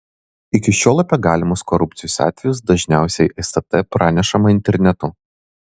iki šiol apie galimus korupcijos atvejus dažniausiai stt pranešama internetu